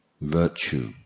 virtue